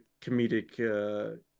comedic